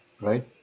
Right